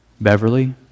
Beverly